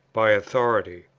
by authority.